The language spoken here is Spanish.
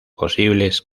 posibles